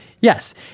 Yes